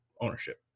ownership